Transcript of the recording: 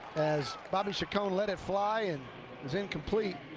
as bobby chacon let it fly and it's incomplete.